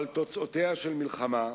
אבל תוצאותיה של מלחמה,